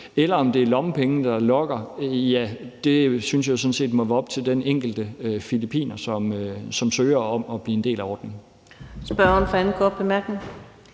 eller om det er lommepengene, der lokker, synes jeg sådan set må være op til den enkelte filippiner, som søger om at blive en del af ordningen.